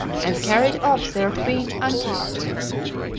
and carried off their queen antiope.